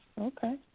Okay